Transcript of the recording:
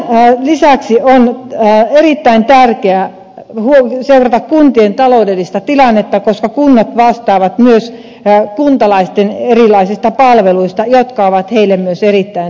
tämän lisäksi on erittäin tärkeää seurata kuntien taloudellista tilannetta koska kunnat vastaavat myös kuntalaisten erilaisista palveluista jotka ovat heille myös erittäin tärkeitä